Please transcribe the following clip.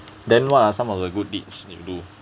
then what are some of the good deeds you do